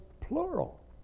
plural